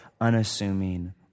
unassuming